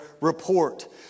report